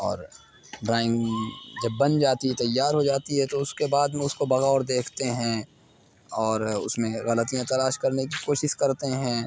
اور ڈرائنگ جب بن جاتی تیار ہو جاتی ہے تو اُس كے بعد میں اُس كو بغور دیكھتے ہیں اور اُس میں غلطیاں تلاش كرنے كی کوشش کرتے ہیں